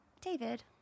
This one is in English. David